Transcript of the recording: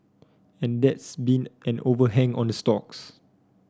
and that's been an overhang on the stocks